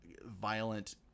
violent